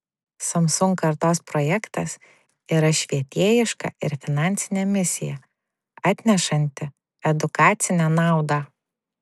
samsung kartos projektas yra švietėjiška ir finansinė misija atnešanti edukacinę naudą